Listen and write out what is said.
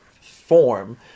form